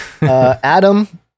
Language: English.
Adam